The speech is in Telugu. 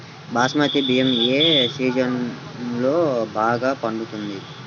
బాస్మతి బియ్యం ఏ సీజన్లో బాగా పండుతుంది?